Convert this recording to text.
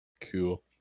Cool